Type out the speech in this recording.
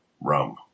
rum